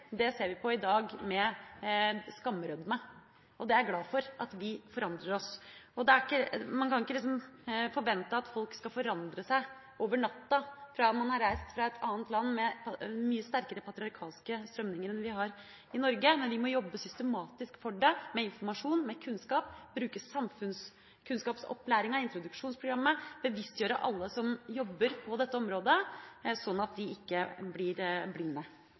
verneverdig, ser vi på i dag med skamrødme. Jeg er glad for at vi forandrer oss. Man kan ikke forvente at folk skal forandre seg over natta etter at man har reist fra et annet land med mye sterkere patriarkalske strømninger enn vi har i Norge, men vi må jobbe systematisk for det, med informasjon, med kunnskap, bruke samfunnskunnskapsopplæringa og introduksjonsprogrammet, bevisstgjøre alle som jobber på dette området, sånn at de ikke blir blinde